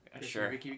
Sure